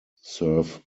serve